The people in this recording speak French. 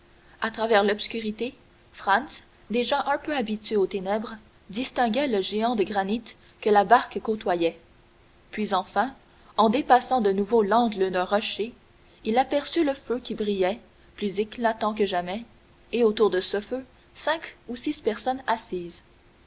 à travers l'obscurité franz déjà un peu habitué aux ténèbres distinguait le géant de granit que la barque côtoyait puis enfin en dépassant de nouveau l'angle d'un rocher il aperçut le feu qui brillait plus éclatant que jamais et autour de ce feu cinq ou six personnes assises